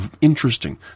interesting